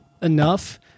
enough